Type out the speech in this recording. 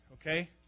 okay